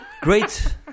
Great